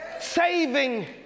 saving